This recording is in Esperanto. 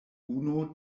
unu